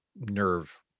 nerve